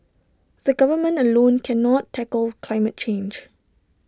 the government alone cannot tackle climate change